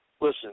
Listen